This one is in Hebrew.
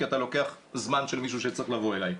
כי אתה לוקח זמן של מישהו שצריך לבוא אליי.